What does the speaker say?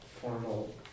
formal